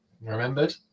remembered